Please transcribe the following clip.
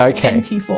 Okay